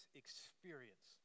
experience